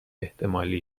احتمالی